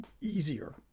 easier